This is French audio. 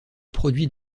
produit